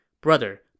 Brother